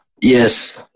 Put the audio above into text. Yes